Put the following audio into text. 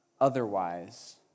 Otherwise